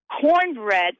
cornbread